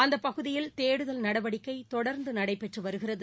அந்த பகுதியில் தேடுதல் நடவடிக்கை தொடர்ந்து நடைபெற்று வருகிறது